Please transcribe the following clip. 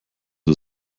wir